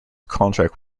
contract